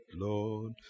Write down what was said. Lord